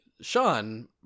Sean